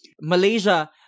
Malaysia